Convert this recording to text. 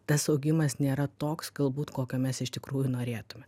tas augimas nėra toks galbūt kokio mes iš tikrųjų norėtume